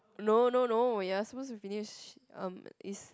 no no no you are supposed to finish erm is